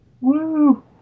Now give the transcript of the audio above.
Woo